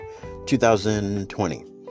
2020